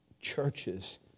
churches